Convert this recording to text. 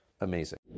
Amazing